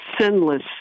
Sinless